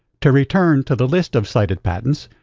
to return to the list of cited patents,